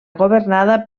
governada